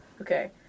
Okay